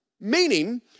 meaning